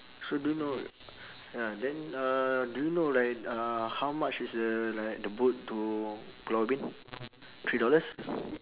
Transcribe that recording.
so do you know ya then uh do you know like uh how much is the like the boat to pulau ubin three dollars